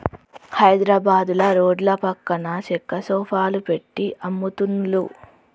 హైద్రాబాదుల రోడ్ల పక్కన చెక్క సోఫాలు పెట్టి అమ్ముతున్లు